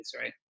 Right